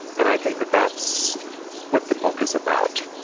and i think that that's what the book is about